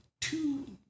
two